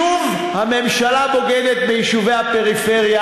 שוב הממשלה בוגדת ביישובי הפריפריה.